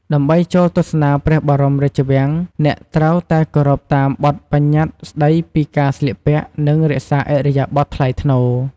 ដើម្បីចូលទស្សនាព្រះបរមរាជវាំង អ្នកត្រូវតែគោរពតាមបទប្បញ្ញត្តិស្ដីពីការស្លៀកពាក់ និងរក្សាឥរិយាបថថ្លៃថ្នូរ។